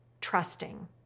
trusting